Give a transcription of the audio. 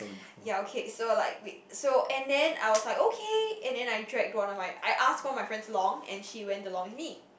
ya okay so like wait so and then I was like okay and then I dragged one of my I asked all my friends along and she went along with me